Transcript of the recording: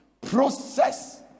Process